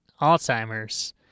Alzheimer's